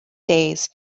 days